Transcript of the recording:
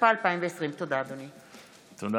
התשפ"א 2020. תודה, אדוני.